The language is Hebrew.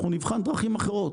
אנחנו נבחן דרכים אחרות.